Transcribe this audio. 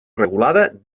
regulada